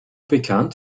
bekannt